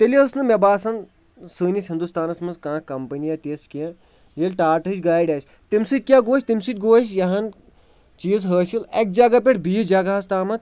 تیٚلہِ ٲس نہٕ مےٚ باسان سٲنِس ہِندُستانَس منٛز کانٛہہ کَمپٔنی یا تِژھ کینٛہہ ییٚلہِ ٹاٹٕچ گاڑِ آسہِ تَمہِ سۭتۍ کیٛاہ گوٚو أسۍ تَمہِ سۭتۍ گوٚو اَسہِ یِہَن چیٖز حٲصِل اَکہِ جگہ پٮ۪ٹھ بیٚیِس جگہَس تامَتھ